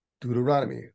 Deuteronomy